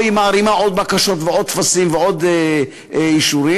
או היא מערימה עוד בקשות ועוד טפסים ועוד אישורים,